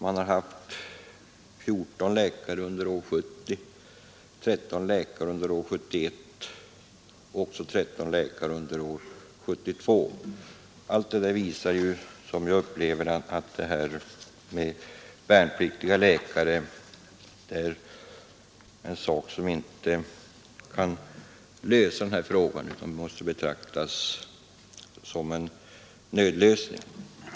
Man har haft 14 läkare under år 1970, 13 läkare under 1971 och 13 läkare också under år 1972. Allt detta visar, som jag upplever det, att värnpliktiga läkare måste betraktas som en nödlösning i detta sammanhang.